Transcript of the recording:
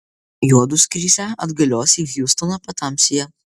juodu skrisią atgalios į hjustoną patamsyje